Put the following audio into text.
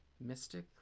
mystic